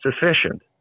sufficient